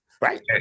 Right